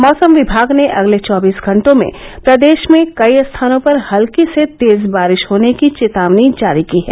मौसम विमाग ने अगले चौबीस घंटों में प्रदेश में कई स्थानों पर हल्की से तेज बारिश होने की चेतावनी जारी की है